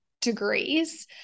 degrees